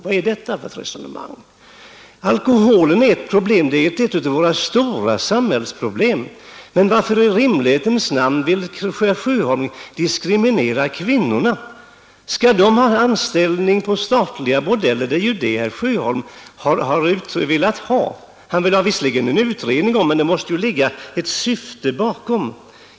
Vad är det för ett resonemang? Alkoholen är ett av våra stora samhällsproblem, men varför i rimlighetens namn vill herr Sjöholm diskriminera kvinnorna? Skall de ha anställning på statliga bordeller? Det är ju det herr Sjöholm vill åstadkomma! Han motionerar visserligen om en utredning, men det måste ju ligga ett syfte bakom.